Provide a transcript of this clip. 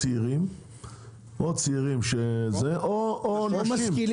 הם צעירים או נשים.